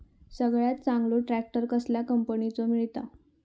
सगळ्यात चांगलो ट्रॅक्टर कसल्या कंपनीचो मिळता?